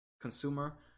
consumer